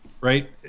right